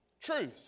Truth